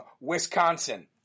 Wisconsin